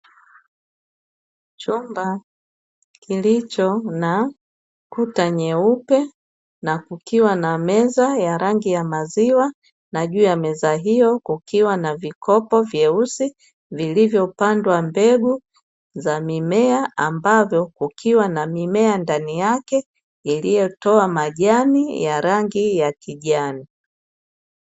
Chumba kilicho na Kuta nyeupe na kukiwa na meza ya rangi ya maziwa, na juu ya meza hiyo kukiwa na vikopo vyeusi vilivyopandwa mbegu za mimea ambavyo kukiwa na mimea ndani yake iliyo toa majani ya rangi ya kijani.